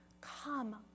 come